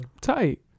Tight